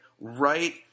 right